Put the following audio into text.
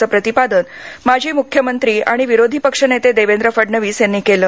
असं प्रतिपादन माजी मुख्यमंत्री आणि विरोधी पक्षनेते देवेंद्र फडणवीस यांनी केलं